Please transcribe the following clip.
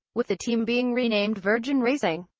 with the team being renamed virgin racing.